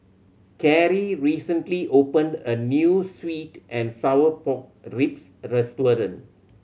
Cari recently opened a new sweet and sour pork ribs restaurant